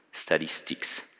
statistics